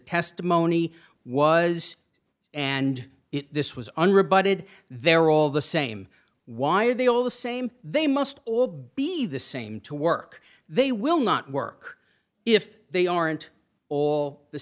testimony was and it this was unrebutted they're all the same why are they all the same they must all be the same to work they will not work if they aren't all the